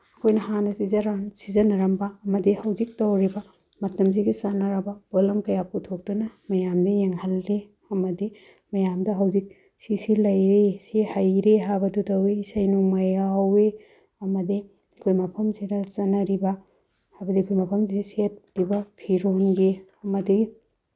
ꯑꯩꯈꯣꯏꯅ ꯍꯥꯟꯅ ꯁꯤꯖꯤꯟꯅꯔꯝꯕ ꯑꯃꯗꯤ ꯍꯧꯖꯤꯛ ꯇꯧꯔꯤꯕ ꯃꯇꯝꯁꯤꯒꯤ ꯆꯥꯅꯔꯕ ꯄꯣꯠꯂꯝ ꯀꯌꯥ ꯄꯨꯊꯣꯛꯇꯨꯅ ꯃꯌꯥꯝꯗ ꯌꯦꯡꯍꯜꯂꯤ ꯑꯃꯗꯤ ꯃꯌꯥꯝꯗ ꯍꯧꯖꯤꯛ ꯁꯤꯁꯤ ꯂꯩꯔꯤ ꯁꯤ ꯍꯩꯔꯤ ꯍꯥꯏꯕꯗꯨ ꯇꯧꯋꯤ ꯏꯁꯩ ꯅꯣꯡꯃꯥꯏ ꯌꯥꯎꯋꯤ ꯑꯃꯗꯤ ꯑꯩꯈꯣꯏ ꯃꯐꯝꯁꯤꯗ ꯆꯠꯅꯔꯤꯕ ꯍꯥꯏꯕꯗꯤ ꯑꯩꯈꯣꯏ ꯃꯐꯝꯁꯤꯗ ꯁꯦꯠꯂꯤꯕ ꯐꯤꯔꯣꯟꯒꯤ ꯑꯃꯗꯤ